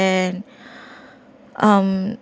and um